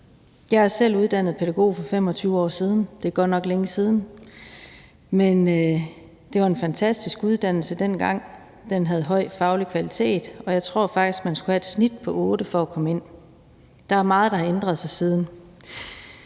Jeg er selv uddannet pædagog for 25 år siden, og det er godt nok længe siden, men det var en fantastisk uddannelse dengang, den havde høj faglig kvalitet, og jeg tror faktisk, at man skulle have et snit på 8 for at komme ind. Der er meget, der har ændret sig siden.